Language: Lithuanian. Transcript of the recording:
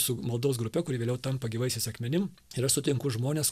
su maldos grupe kuri vėliau tampa gyvaisiais akmenim ir aš sutinku žmones